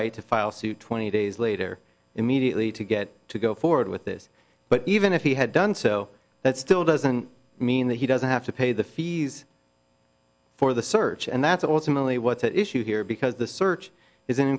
right to file suit twenty days later immediately to get to go forward with this but even if he had done so that still doesn't mean that he doesn't have to pay the fees for the search and that's also really what's at issue here because the search is